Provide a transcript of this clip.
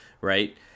right